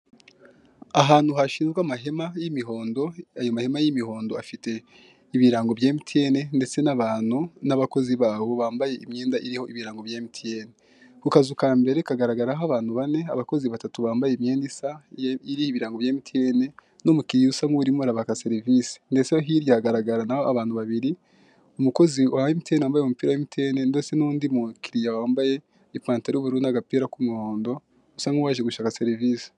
Ahantu hashinzwe amahema y'imihondo, ayo mahema y'imihondo afite ibirango bya Emutiyeni ndetse n'abakozi baho bambaye imyenda iriho ibirango bya Emutiyeni. Ku kazu ka mbere kagaragaraho abantu bane abakozi batatu bambaye imyenda isa iriho ibirango bya Emutiyeni n'umukiriya usa nkurimo arabaka serivisi ndetse hirya hagaragara naho abantu babiri, umukozi wa Emutiyeni wambaye umupira wa Emutiyeni ndetse n'undi mukiriya wambaye ipantaro y'ubururu n'agapira k'umuhondo usa nk'uwaje gushaka serivisi.